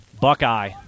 Buckeye